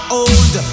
old